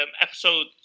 episode